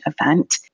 event